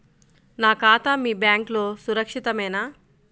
నా ఖాతా మీ బ్యాంక్లో సురక్షితమేనా?